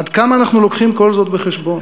עד כמה אנחנו לוקחים כל זאת בחשבון?